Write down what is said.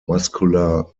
muscular